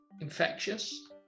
infectious